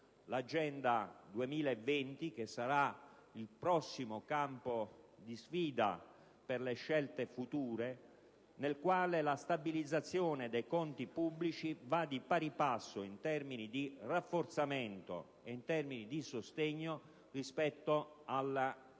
l'Agenda 2020, che sarà il prossimo campo di sfida per le scelte future, nella quale la stabilizzazione dei conti pubblici va di pari passo in termini di rafforzamento e di sostegno con le